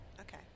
Okay